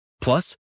Plus